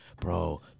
bro